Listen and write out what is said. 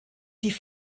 die